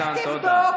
תתביישי לך.